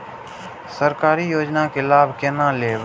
सरकारी योजना के लाभ केना लेब?